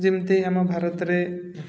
ଯେମିତି ଆମ ଭାରତରେ